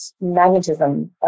magnetism